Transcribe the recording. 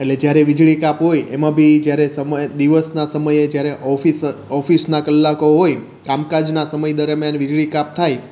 એટલે જ્યારે વીજળી કાપ હોય એમાં બી જ્યારે સમય દિવસના સમયે જ્યારે ઓફિસ ઓફિસના કલાકો હોય કામકાજના સમય દરમ્યાન વીજળી કાપ થાય